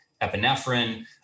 epinephrine